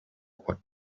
what